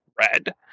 red